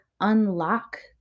unlock